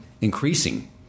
increasing